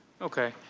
okay.